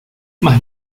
mas